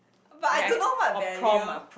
but I don't know what value